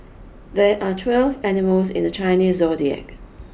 there are twelve animals in the Chinese zodiac